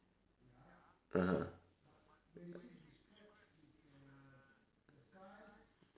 (uh huh)